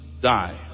die